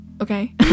Okay